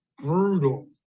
brutal